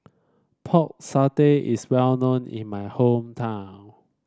Pork Satay is well known in my hometown